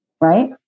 right